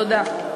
תודה.